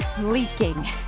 leaking